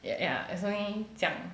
yeah yeah it's only 这样